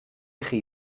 chi